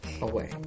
away